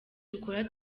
dukora